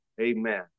Amen